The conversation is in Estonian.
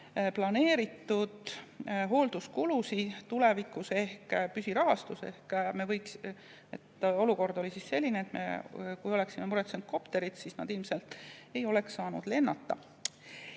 planeeritud hoolduskulusid tulevikus ehk püsirahastust. Olukord oli selline, et kui me oleksime muretsenud kopterid, siis nad ilmselt ei oleks saanud lennata. Edasi